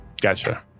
Gotcha